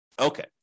Okay